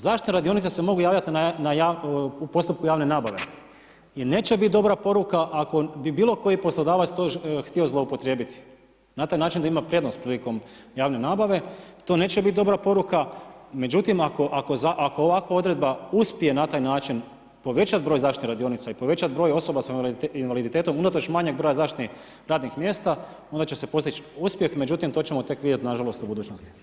Zašto radionice se mogu javljati u postupku javne nabave i neće biti dobra poruka, ako bi bilo koji poslodavac to htio zloupotrijebiti, na taj način, da ima prednost prilikom javne nabave, to neće biti dobra poruka, međutim, ako ovakva odredba uspije na taj način povećati broj zaštita radionica i povećati broj osoba s invaliditetom, unatoč manjak broja zaštite radnih mjesta, onda će se postići uspijeh, međutim, to ćemo tek vidjeti nažalost u budućnosti.